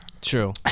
True